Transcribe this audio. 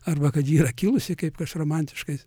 arba kad ji yra kilusi kaip kas romantiškai s